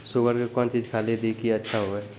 Sugar के कौन चीज खाली दी कि अच्छा हुए?